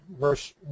verse